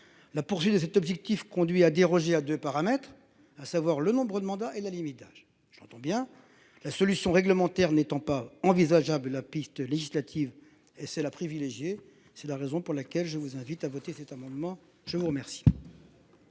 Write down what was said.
La poursuite de cet objectif conduit à déroger à 2 paramètres à savoir le nombre de mandats et la limite d'âge j'entends bien la solution réglementaire n'étant pas envisageable. La piste législative et c'est la privilégier. C'est la raison pour laquelle je vous invite à voter cet amendement, je vous remercie.